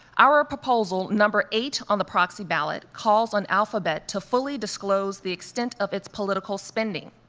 our proposal, number eight on the proxy ballot, calls on alphabet to fully disclose the extent of its political spending.